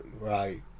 right